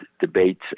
debates